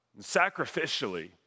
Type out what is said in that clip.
sacrificially